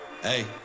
Hey